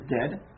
dead